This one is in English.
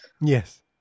Yes